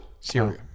Syria